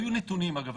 היו נתונים, אגב.